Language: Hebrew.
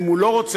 ואם הוא לא רוצה,